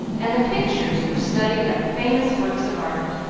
and the pictures were studied like famous works of art.